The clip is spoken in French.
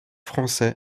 français